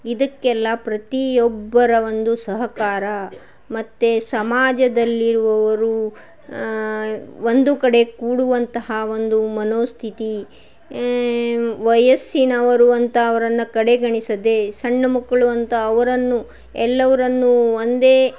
ಇದಕ್ಕೆಲ್ಲ ಪ್ರತಿಯೊಬ್ಬರ ಒಂದು ಸಹಕಾರ ಮತ್ತು ಸಮಾಜದಲ್ಲಿರುವವರು ಒಂದು ಕಡೆ ಕೂಡುವಂತಹ ಒಂದು ಮನೋಸ್ಥಿತಿ ವಯಸ್ಸಿನವರು ಅಂತ ಅವರನ್ನು ಕಡೆಗಣಿಸದೆ ಸಣ್ಣ ಮಕ್ಕಳು ಅಂತ ಅವರನ್ನು ಎಲ್ಲರನ್ನು ಒಂದೇ